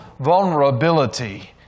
vulnerability